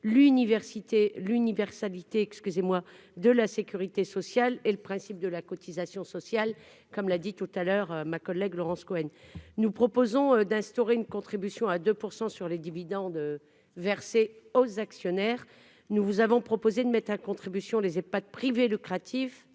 excusez-moi de la sécurité sociale et le principe de la cotisation sociale, comme l'a dit tout à l'heure, ma collègue Laurence Cohen, nous proposons d'instaurer une contribution à 2 % sur les dividendes versés aux actionnaires, nous vous avons proposé de mettre à contribution les pas de privé lucratif,